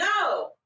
no